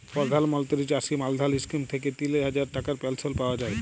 পরধাল মলত্রি চাষী মাল্ধাল ইস্কিম থ্যাইকে তিল হাজার টাকার পেলশল পাউয়া যায়